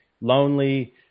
lonely